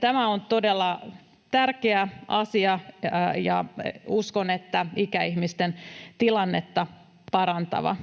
Tämä on todella tärkeä asia, ja uskon, että ikäihmisten tilannetta parantava.